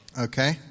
Okay